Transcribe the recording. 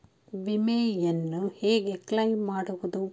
ವಿಮೆಯನ್ನು ಹೇಗೆ ಕ್ಲೈಮ್ ಮಾಡುವುದು?